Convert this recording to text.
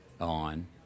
on